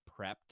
prepped